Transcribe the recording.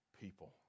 people